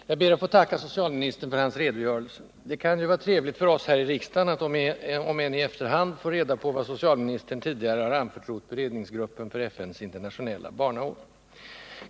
Herr talman! Jag ber att få tacka socialministern för hans redogörelse. Det kan ju vara trevligt för oss här i riksdagen att, om än i efterhand, få reda på vad socialministern tidigare anförtrott beredningsgruppen för FN:s internationella barnår.